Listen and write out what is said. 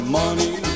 money